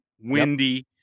windy